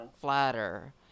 flatter